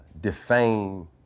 defame